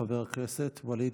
חבר הכנסת ואליד